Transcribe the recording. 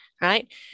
right